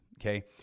Okay